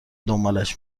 دنبالش